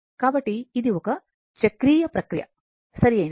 కాబట్టి ఇది ఒక చక్రీయ ప్రక్రియ సరియైనది